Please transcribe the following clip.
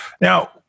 Now